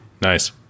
Nice